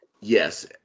yes